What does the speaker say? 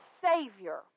savior